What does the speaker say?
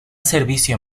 servicio